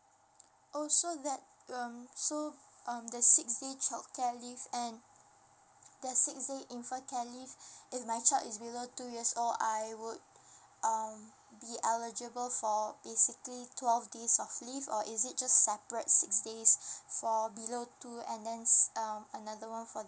oh so that um so um the six days childcare leave and that six days infant care leave if my child is below two years or I would um be eligible for basically twelve days of leave or is it just separate six days for below two and then s~ um another one for